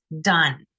done